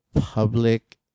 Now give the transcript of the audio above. public